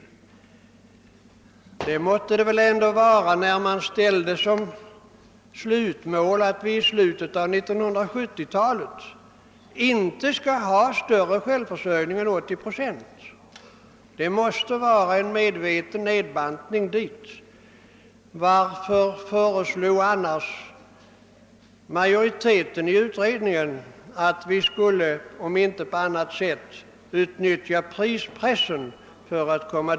Men det måtte det väl ändå vara, när man ställt som mål att vi i slutet av 1970-talet inte skall ha bättre självförsörjning på detta område än till 80 procent! Varför föreslog annars majoriteten i utredningen att vi skulle, om det inte gick på annat sätt, utnyttja prispressen för att nå målet?